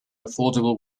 affordable